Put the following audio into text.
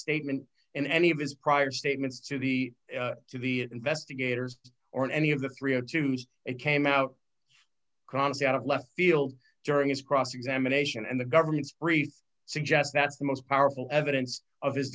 statement in any of his prior statements to be to the investigators or any of the three o jews it came out concept of left field during his cross examination and the government's brief suggests that's the most powerful evidence of his